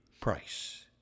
price